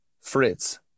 Fritz